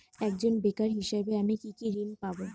একজন বেকার হিসেবে আমি কি কি ঋণ পাব?